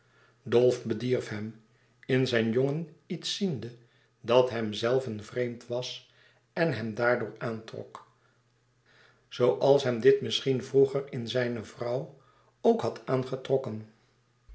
dolf bedierf hem in zijn jongen iets ziende dat hemzelven vreemd was en hem daardoor aantrok zooals hem dit louis couperus extaze een boek van geluk misschien vroeger in zijne vrouw ook had aangetrokken